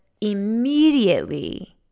immediately